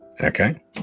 Okay